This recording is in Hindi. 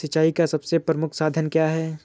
सिंचाई का सबसे प्रमुख साधन क्या है?